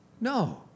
No